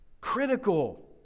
critical